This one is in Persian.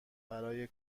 برای